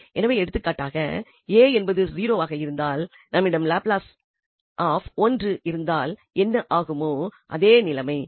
எனவே எடுத்துக்காட்டாக a என்பது 0 ஆக இருந்தால் நம்மிடம் லாப்லஸ் ஆப் 1 இருந்தால் என்ன ஆகுமோ அதே நிலை